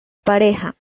pareja